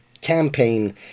campaign